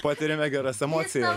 patiriame geras emocijas